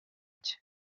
cye